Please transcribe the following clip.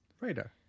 radar